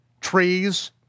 trees